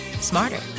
smarter